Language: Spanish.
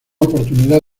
oportunidad